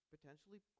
potentially